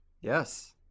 Yes